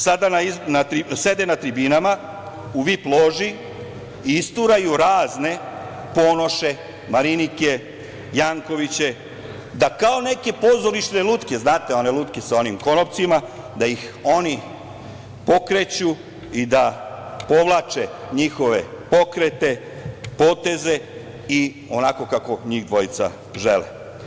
Sede na tribinama u VIP loži i isturaju razne Ponoše, Marinike, Jankoviće kao neke pozorišne lutke, znate one lutke za onim konopcima, gde ih oni pokreću i povlače njihove pokrete, poteze onako kako njih dvojica žele.